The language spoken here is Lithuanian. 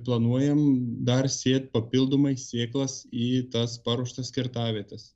planuojam dar sėtipapildomai sėklas į tas paruoštas kirtavietes